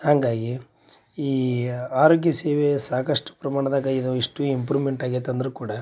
ಹಾಗಾಗಿ ಈ ಆರೋಗ್ಯ ಸೇವೆಯ ಸಾಕಷ್ಟು ಪ್ರಮಾಣದಾಗ ಇದು ಇಷ್ಟು ಇಂಪ್ರುಮೆಂಟ್ ಆಗೈತಿ ಅಂದರೂ ಕೂಡ